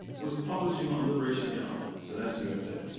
was publishing on liberation theology so that's the usa